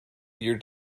your